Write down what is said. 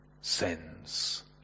sends